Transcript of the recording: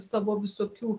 savo visokių